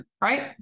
right